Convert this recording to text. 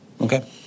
Okay